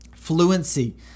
fluency